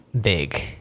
big